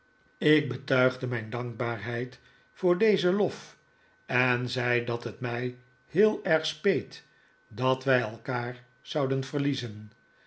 ik betuigde mijn dankbaarheid voor dezen lof en zei dat het mij heel erg speet dat wij elkaar zouden verliezen